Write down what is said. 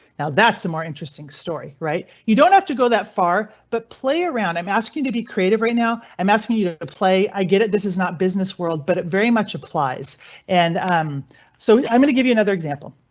now that's a more interesting story, right? you don't have to go that far, but play around. i'm asking to be creative. right now i'm asking you to play i get it. this is not business world, but it very much applies and um so i'm going to give you another example.